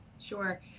Sure